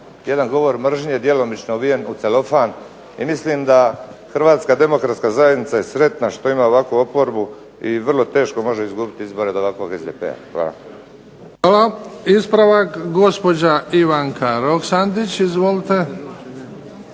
jedan govor mržnje djelomično ovijen u celofan i mislim da Hrvatska demokratska zajednica je sretna što ima ovakvu oporbu i vrlo teško može izgubiti izbore od ovakvog SDP-a. Hvala. **Bebić, Luka (HDZ)** Hvala. Ispravak, gospođa Ivanka Roksandić. Izvolite.